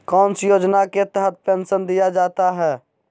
कौन सी योजना के तहत पेंसन दिया जाता है?